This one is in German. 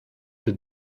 der